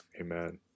Amen